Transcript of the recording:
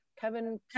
kevin